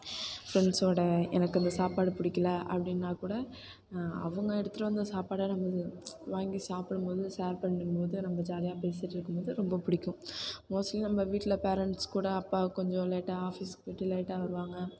ஃப்ரெண்ட்ஸோடு எனக்கு இந்த சாப்பாடு பிடிக்கல அப்படின்னா கூட அவங்க எடுத்துட்டு வந்த சாப்பாடை நமக்கு வாங்கி சாப்பிடும் போது ஷேர் பண்ணும் போது நம்ம ஜாலியாக பேசிட்டு இருக்கும் போது ரொம்ப பிடிக்கும் மோஸ்ட்லி நம்ம வீட்டில் பேரண்ட்ஸ் கூட அப்பா கொஞ்சம் லேட்டாக ஆஃபீஸுக்கு போய்ட்டு லேட்டாக வருவாங்க